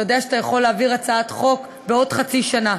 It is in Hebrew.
אתה יודע שאתה יכול להעביר הצעת חוק בעוד חצי שנה.